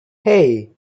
hey